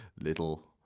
little